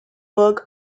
work